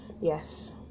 Yes